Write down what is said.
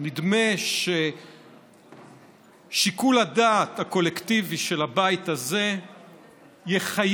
נדמה ששיקול הדעת הקולקטיבי של הבית הזה יחייב